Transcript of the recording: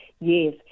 yes